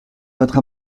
votre